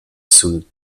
sul